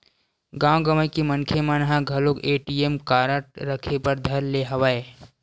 गाँव गंवई के मनखे मन ह घलोक ए.टी.एम कारड रखे बर धर ले हवय